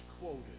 quoted